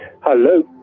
Hello